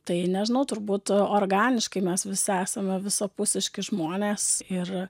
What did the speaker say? tai nežinau turbūt organiškai mes visi esame visapusiški žmonės ir